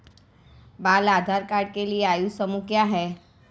बाल आधार कार्ड के लिए आयु समूह क्या है?